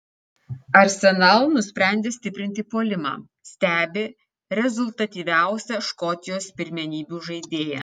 arsenal nusprendė stiprinti puolimą stebi rezultatyviausią škotijos pirmenybių žaidėją